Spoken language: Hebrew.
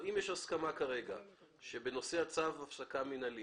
אם יש כרגע הסכמה שבנושא צו הפסקה מינהלי